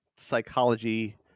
psychology